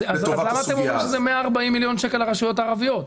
אז למה אתם אומרים שזה 140 מיליון שקלים לרשויות הערביות?